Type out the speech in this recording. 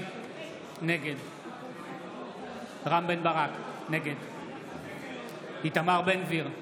נגד רם בן ברק, נגד איתמר בן גביר,